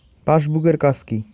Passbook এর কাজ কি?